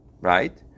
Right